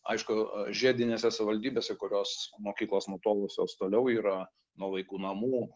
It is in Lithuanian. aišku žiedinėse savaldybėse kurios mokyklos nutolusios toliau yra nuo vaikų namų